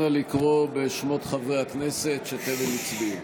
נא לקרוא בשמות חברי הכנסת שטרם הצביעו.